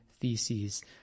theses